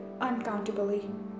uncountably